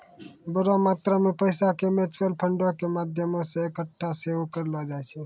बड़ो मात्रा मे पैसा के म्यूचुअल फंडो के माध्यमो से एक्कठा सेहो करलो जाय छै